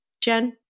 Jen